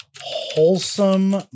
Wholesome